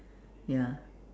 ya